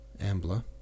ambler